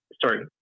Sorry